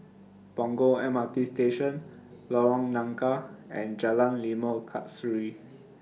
Punggol M R T Station Lorong Nangka and Jalan Limau Kasturi